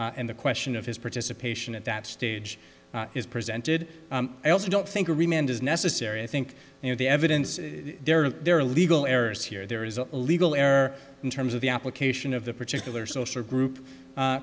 and and the question of his participation at that stage is presented i also don't think remained is necessary i think you know the evidence there are there are legal errors here there is a legal error in terms of the application of the particular social group